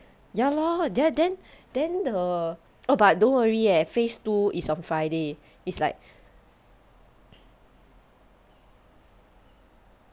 ya lor ya then then the oh but don't worry eh phase two is on friday